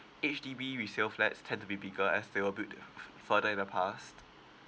H_D_B resale flats tend to be bigger as they were built f~ f~ further in the past